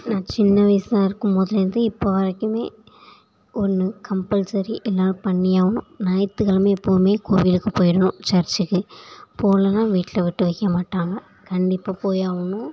நான் சின்ன வயசாக இருக்கும்போதுலேருந்தே இப்போ வரைக்கும் ஒன்று கம்பல்சரி எல்லோரும் பண்ணியே ஆகணும் ஞாயிற்றுக் கிழம எப்போவும் கோவிலுக்கு போயிடணும் சர்ச்சிக்கு போகலன்னா வீட்டில் விட்டு வைக்க மாட்டாங்க கண்டிப்பாக போயே ஆகணும்